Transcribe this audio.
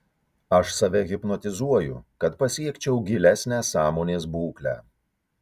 aš save hipnotizuoju kad pasiekčiau gilesnę sąmonės būklę